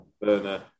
Burner